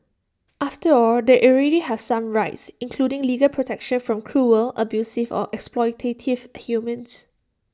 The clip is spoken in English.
after all they already have some rights including legal protection from cruel abusive or exploitative humans